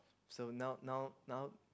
so now now now